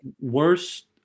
worst